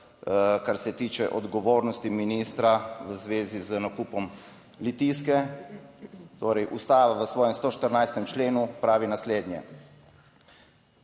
Kar se tiče odgovornosti ministra v zvezi z nakupom Litijske, torej Ustava v svojem 114. členu pravi naslednje,